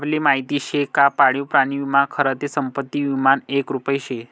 आपले माहिती शे का पाळीव प्राणी विमा खरं ते संपत्ती विमानं एक रुप शे